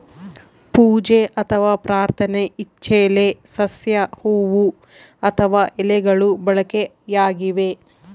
ಪೂಜೆ ಅಥವಾ ಪ್ರಾರ್ಥನೆ ಇಚ್ಚೆಲೆ ಸಸ್ಯ ಹೂವು ಅಥವಾ ಎಲೆಗಳು ಬಳಕೆಯಾಗಿವೆ